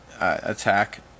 attack